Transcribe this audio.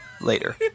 Later